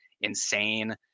insane